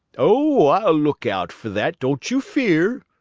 oh, i'll look out for that, don't you fear!